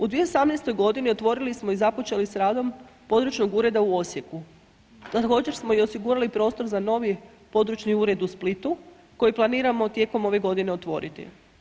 U 2018. godini otvorili smo i započeli s radom područnog ureda u Osijeku, a također smo i osigurali prostor za novi područni ured u Splitu koji planiramo tijekom ove godine otvoriti.